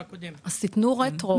--- אז תתנו רטרו.